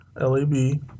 L-A-B